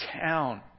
town